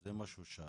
זה מה שהוא שאל.